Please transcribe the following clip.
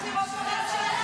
הוא למד מראש הממשלה,